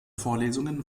vorlesungen